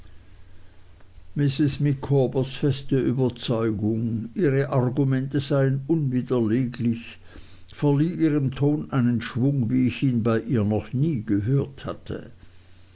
mrs micawbers feste überzeugung ihre argumente seien unwiderleglich verlieh ihrem ton einen schwung wie ich ihn bei ihr noch nie gehört hatte